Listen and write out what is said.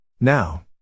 now